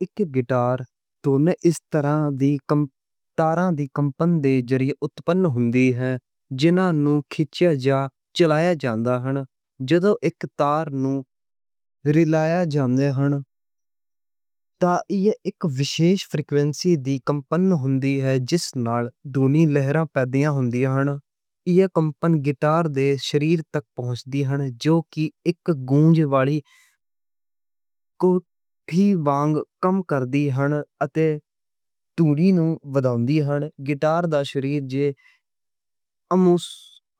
ایک گٹار تونی اس طرح دی کمپن توں اتپن ہوندی ہے۔ جدوں ایک تار نوں چھیڑیا جندا ہندا۔ ایہ ایک وشیش فریکوئنسی دی کمپن ہوندی ہے۔ جس نال تونی لہرا پیدا ہوندی ہن۔ ایہ کمپن گٹار دے شریر تک پہنچ دی ہن۔ جو کی ایک گونج والی کھو دی وانگ کم کر دی ہن۔ تے اوہ تونی نوں ودھاؤندی ہن، گٹار دا شریر جے